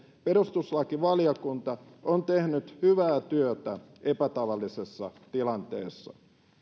perustuslakivaliokunta on tehnyt hyvää työtä epätavallisessa tilanteessa